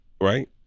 right